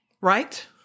Right